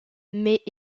mais